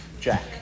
Jack